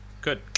good